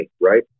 Right